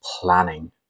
planning